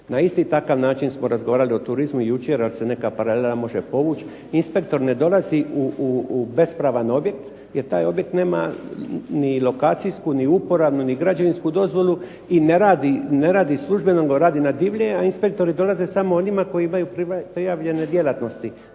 Na isti takav način smo razgovarali o turizmu jučer, jer se neka paralela može povući. Inspektor ne dolazi u bespravan objekt, jer taj objekt nema ni lokacijsku, ni uporabnu, ni građevinsku dozvolu i ne radi službeno, nego radi na divlje, a inspektori dolaze samo onima koji imaju prijavljene djelatnosti,